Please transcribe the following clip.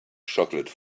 chocolate